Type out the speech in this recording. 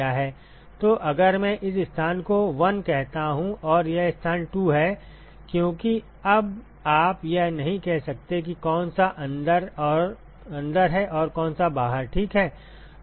तो अगर मैं इस स्थान को 1 कहता हूं और यह स्थान 2 है क्योंकि अब आप यह नहीं कह सकते कि कौन सा अंदर है और कौन सा बाहर ठीक है